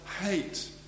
hate